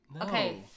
Okay